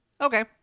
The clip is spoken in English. Okay